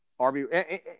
RB